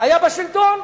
היה בשלטון.